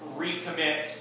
recommit